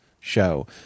show